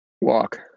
Walk